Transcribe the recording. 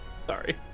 Sorry